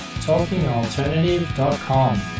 talkingalternative.com